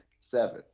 seven